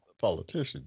politician